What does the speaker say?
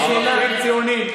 ערכים ציוניים.